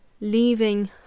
leaving